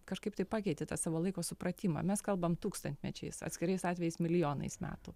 kažkaip tai pakeiti tą savo laiko supratimą mes kalbam tūkstantmečiais atskirais atvejais milijonais metų